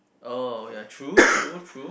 oh ya true true true